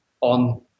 on